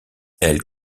elles